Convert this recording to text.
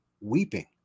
weeping